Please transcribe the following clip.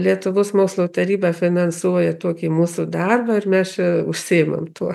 lietuvos mokslo taryba finansuoja tokį mūsų darbą ir mes čia užsiimam tuo